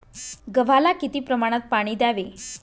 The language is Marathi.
गव्हाला किती प्रमाणात पाणी द्यावे?